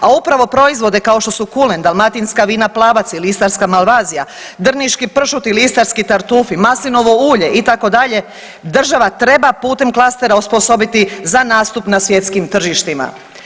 A upravo proizvode kao što su kulen, dalmatinska vina Plavac ili istarska Malvazija, drniški Pršut ili istarski tartufi, maslinovo ulje itd. država treba putem klastera osposobiti za nastup na svjetskim tržištima.